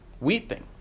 weeping